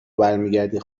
برمیگردی